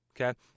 Okay